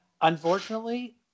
unfortunately –